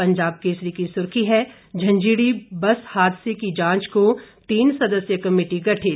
पंजाब केसरी की सुर्खी है झंझीड़ी बस हादसे की जांच को तीन सदस्यीय कमेटी गठित